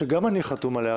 שגם אני חתום עליה,